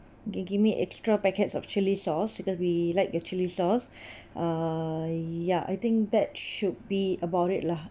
you can give me extra packets of chilli sauce because we like your chilli sauce uh ya I think that should be about it lah